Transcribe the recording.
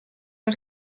der